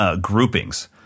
groupings